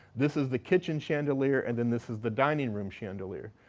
this is the kitchen chandelier and then this is the dining room chandelier.